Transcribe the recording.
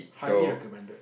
highly recommended